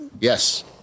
Yes